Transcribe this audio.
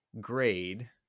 grade